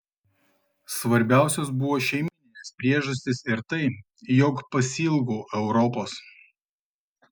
svarbiausios buvo šeimyninės priežastys ir tai jog pasiilgau europos